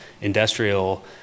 industrial